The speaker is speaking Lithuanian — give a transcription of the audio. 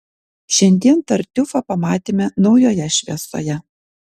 šiandien tartiufą pamatėme naujoje šviesoje